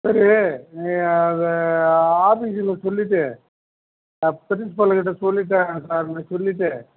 சரி நீ அதை ஆஃபீஸில் சொல்லிவிட்டு நான் ப்ரின்ஸ்பாலுக்கிட்ட சொல்லிவிட்டேன் சாருன்னு சொல்லிவிட்டு